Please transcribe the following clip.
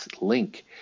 link